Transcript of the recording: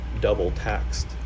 double-taxed